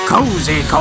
Cozy